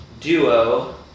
duo